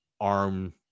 arm